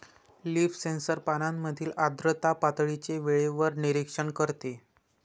leaf sensor पानांमधील आर्द्रता पातळीचे वेळेवर निरीक्षण करते